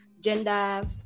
gender